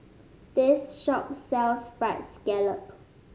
this shop sells fried scallop